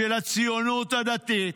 של הציונות הדתית,